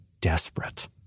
desperate